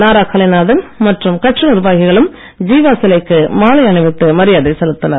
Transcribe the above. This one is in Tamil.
நாரா கலைநாதன் மற்றும் கட்சி நிர்வாகிகளும் ஜீவா சிலைக்கு மாலை அணிவித்து மரியாதை செலுத்தினர்